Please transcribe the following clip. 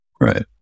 right